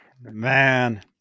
man